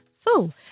full